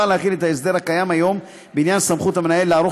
להחיל את ההסדר הקיים היום בעניין סמכות המנהל לערוך